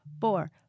four